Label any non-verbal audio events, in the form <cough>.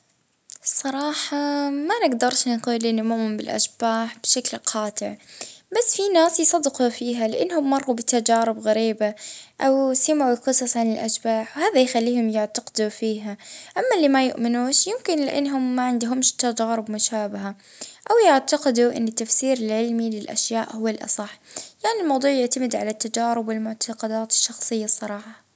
اه أنا بصراحة ما نؤمنش بالأشباح، اه نحب نفكر اه بشكل منطقي، اه أما اللي يؤمنوا بها <hesitation> يمكن عندهم تجارب غريبة صارت لهم ولا تأثروا بالقصص اللي سمعوها في صغرهم.